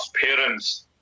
parents